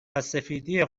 وسفیدی